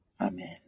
Amen